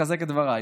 מחזק את דבריי.